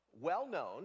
well-known